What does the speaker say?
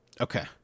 Okay